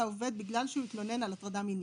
לעובד בגלל שהוא התלונן על הטרדה מינית.